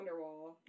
Wonderwall